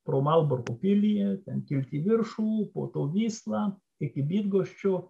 pro malburgo pilį ten kilti į viršų po to vysla iki bydgoščių